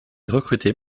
recrutée